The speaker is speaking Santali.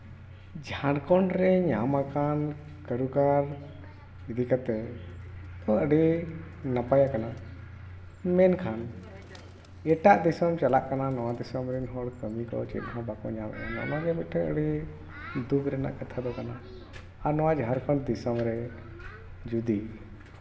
ᱡᱷᱟᱲᱠᱷᱚᱸᱰ ᱨᱮ ᱧᱟᱢ ᱟᱠᱟᱱ ᱯᱮᱱ ᱠᱟᱨᱰ ᱤᱫᱤ ᱠᱟᱛᱮᱫ ᱫᱚ ᱟᱹᱰᱤ ᱱᱟᱯᱟᱭ ᱠᱟᱱᱟ ᱢᱮᱱᱠᱷᱟᱱ ᱮᱴᱟᱜ ᱫᱤᱥᱚᱢ ᱪᱟᱞᱟᱜ ᱠᱟᱱᱟ ᱱᱚᱣᱟ ᱫᱤᱥᱚᱢ ᱨᱮᱱ ᱦᱚᱲ ᱠᱟᱹᱢᱤ ᱠᱚ ᱪᱮᱫ ᱦᱚᱸ ᱵᱟᱠᱚ ᱧᱟᱢᱮᱫᱼᱟ ᱱᱚᱜᱼᱚ ᱱᱚᱣᱟ ᱜᱮ ᱢᱤᱫᱴᱮᱱ ᱟᱹᱰᱤ ᱫᱩᱠᱷ ᱨᱮᱱᱟᱜ ᱠᱟᱛᱷᱟ ᱫᱚ ᱠᱟᱱᱟ ᱟᱨ ᱱᱚᱣᱟ ᱡᱷᱟᱲᱠᱷᱚᱸᱰ ᱫᱤᱥᱚᱢ ᱨᱮ ᱡᱩᱫᱤ